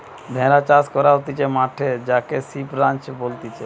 ভেড়া চাষ করা হতিছে মাঠে যাকে সিপ রাঞ্চ বলতিছে